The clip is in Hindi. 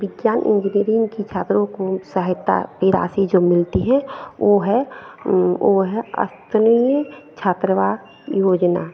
विज्ञान इंजीनियरिंग की छात्रों को सहायता ए राशि जो मिलती है वो है वो है अस्मिता छात्रवृति योजना